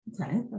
Okay